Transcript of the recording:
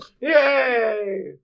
Yay